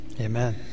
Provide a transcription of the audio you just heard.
Amen